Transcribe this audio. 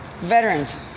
veterans